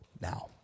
now